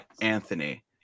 Anthony